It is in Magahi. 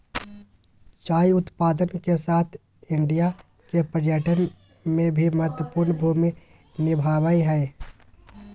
चाय उत्पादन के साथ साथ इंडिया के पर्यटन में भी महत्वपूर्ण भूमि निभाबय हइ